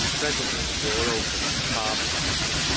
presently the door opened, and barbara entered.